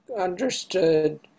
understood